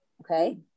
Okay